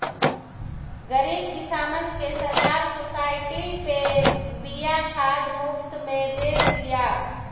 गरीब किसानन के सरकार सोसाइटी पे बिया खाद मुफ्त में दे तिया